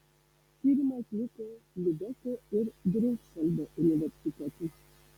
tyrimą atliko liubeko ir greifsvaldo universitetai